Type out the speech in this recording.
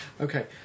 Okay